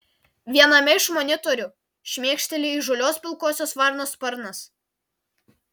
viename iš monitorių šmėkšteli įžūlios pilkosios varnos sparnas